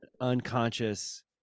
unconscious